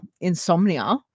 insomnia